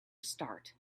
start